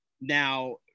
Now